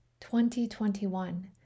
2021